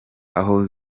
aho